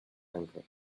anchor